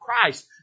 Christ